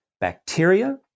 Bacteria